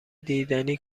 دیدنی